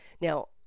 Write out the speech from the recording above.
Now